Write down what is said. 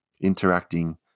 interacting